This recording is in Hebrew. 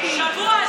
שבוע?